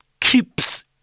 Keeps